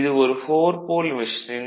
இது ஒரு 4 pole machine